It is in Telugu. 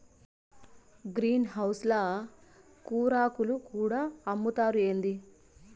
గ్రీన్ హౌస్ ల కూరాకులు కూడా అమ్ముతారా ఏంది